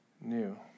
new